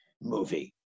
movie